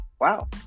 Wow